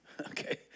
Okay